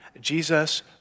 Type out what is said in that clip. Jesus